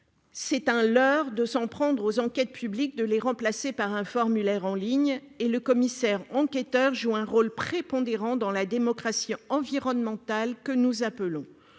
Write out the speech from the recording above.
C'est un leurre que de s'en prendre aux enquêtes publiques pour les remplacer par un formulaire en ligne. Par ailleurs, le commissaire enquêteur joue un rôle prépondérant dans la démocratie environnementale que nous appelons